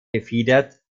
gefiedert